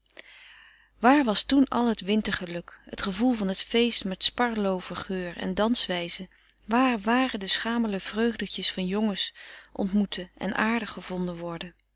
waar was toen al t wintergeluk het gevoel van t feest met sparloover geur en danswijze waar waren de schamele vreugdetjes van jongens ontmoeten en aardig gevonden worden